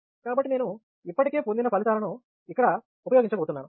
కాబట్టి నేను ఇప్పటికే పొందిన ఫలితాలను ఇక్కడ ఉపయోగించబోతున్నాను